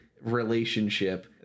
relationship